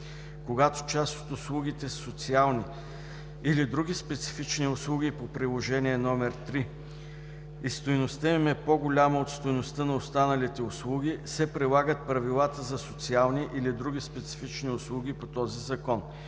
Когато част от услугите са социални или други специфични услуги по приложение № 3 и стойността им е по-голяма от стойността на останалите услуги, се прилагат правилата за социални или други специфични услуги по този закон.